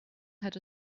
had